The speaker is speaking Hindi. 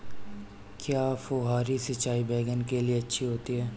क्या फुहारी सिंचाई बैगन के लिए अच्छी होती है?